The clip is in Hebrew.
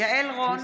יעל רון